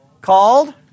Called